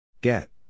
Get